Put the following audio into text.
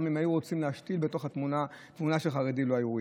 גם אם היו רוצים להשתיל בתוך התמונה תמונה של חרדי לא היו רואים.